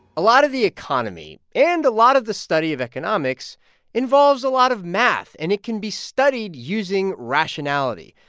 a lot of the economy and a lot of the study of economics involves a lot of math, and it can be studied using rationality.